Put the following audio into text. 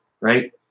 right